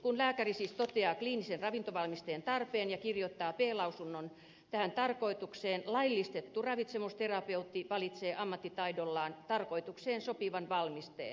kun lääkäri siis toteaa kliinisen ravintovalmisteen tarpeen ja kirjoittaa b lausunnon tähän tarkoitukseen laillistettu ravitsemusterapeutti valitsee ammattitaidollaan tarkoitukseen sopivan valmisteen